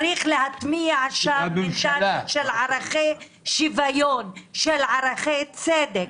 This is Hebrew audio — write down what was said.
צריך להטמיע שם ערכי שוויון, צדק,